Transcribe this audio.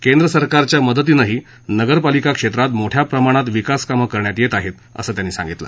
केंद्र सरकारच्या मदतीनेही नगर पालिका क्षेत्रात मोठया प्रमाणात विकास कामं करण्यात येत आहेत असं त्यांनी सांगितलं